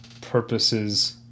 purposes